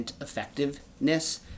effectiveness